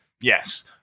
Yes